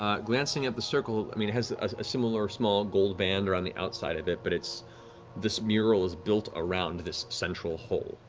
um glancing at the circle, i mean, it has a similar small gold band around the outside of it, but this mural is built around this central hole.